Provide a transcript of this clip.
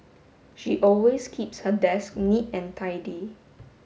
she always keeps her desk neat and tidy